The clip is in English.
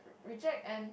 reject and